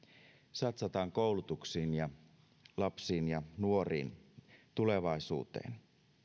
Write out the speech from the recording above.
satsataan koulutukseen ja lapsiin ja nuoriin tulevaisuuteen